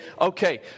okay